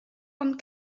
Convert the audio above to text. und